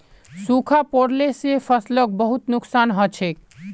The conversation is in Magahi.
सूखा पोरला से फसलक बहुत नुक्सान हछेक